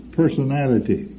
personality